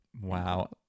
Wow